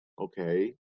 Okay